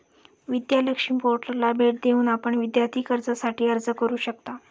विद्या लक्ष्मी पोर्टलला भेट देऊन आपण विद्यार्थी कर्जासाठी अर्ज करू शकता